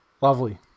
Lovely